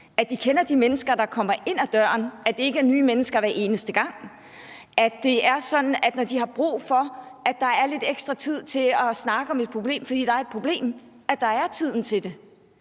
at de kender de mennesker, der kommer ind ad døren, og at det ikke er nye mennesker hver eneste gang; at det er sådan, at når de har brug for lidt ekstra tid til at snakke om et problem, fordi der er et problem, så er tid til det.